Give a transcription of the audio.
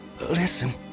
Listen